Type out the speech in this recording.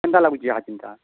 କେନ୍ତା ଲାଗୁଛି ଇହା ଚିନ୍ତା